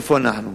איפה אנחנו?